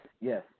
yes